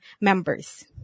members